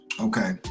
Okay